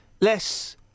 less